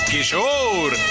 Kishore